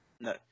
No